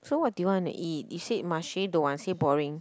so what do you wanna eat you say Marche don't want say boring